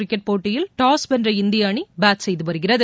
cricket போட்டியில் toss வென்ற இந்திய அணி பேட் செய்து வருகிறது